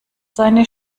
seine